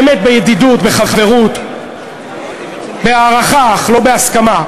באמת, בידידות, בחברות, בהערכה, אך לא בהסכמה: